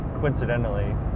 coincidentally